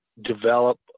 develop